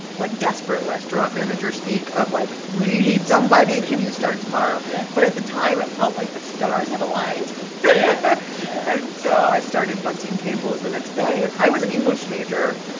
like, desperate restaurant manager speak of, like. we need somebody can you start tomorrow? yeah but at the time, it felt like the stars had aligned yeah, yeah and so i started bussing tables the next day. and i was an english major.